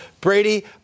Brady